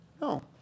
No